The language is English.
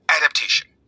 adaptation